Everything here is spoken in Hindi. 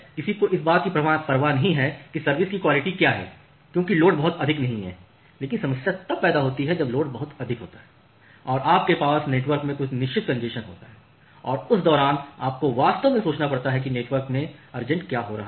किसी को इस बात की परवाह नहीं है कि सर्विस की क्वालिटी क्या है क्योंकि लोड बहुत अधिक नहीं है लेकिन समस्या तब होती है जब लोड बहुत अधिक होता है और आपके पास नेटवर्क में कुछ निश्चित कॅन्जेशन होती है और उस दौरान आपको वास्तव में सोचना पड़ता है नेटवर्क के अंरेट क्या हो रहा है